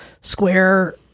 square